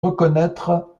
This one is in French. reconnaître